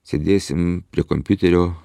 sėdėsim prie kompiuterio